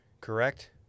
Correct